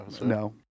No